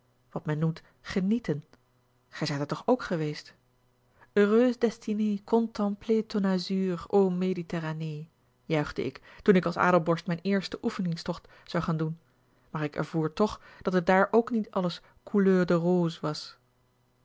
wat men noemt genieten gij zijt er toch ook geweest heureuse destinée contempler ton azur o méditerranée juichte ik toen ik als adelborst mijn eersten oefeningstocht zou gaan doen maar ik ervoer toch dat het daar ook niet alles couleur de rose was